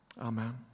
Amen